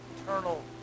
eternal